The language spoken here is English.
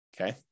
okay